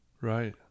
Right